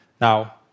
Now